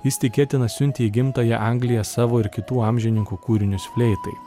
jis tikėtina siuntė į gimtąją angliją savo ir kitų amžininkų kūrinius fleitai